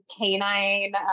canine